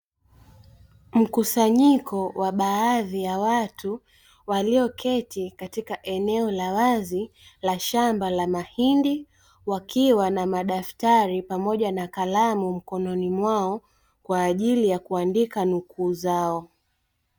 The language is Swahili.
Mkusanyiko wa baadhi ya watu walioketi katika eneo la wazi la shamba la mahindi, wakiwa na madaftari pamoja na kalamu mkononi mwao, kwa ajili ya kuandika nuku zao.